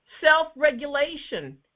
Self-regulation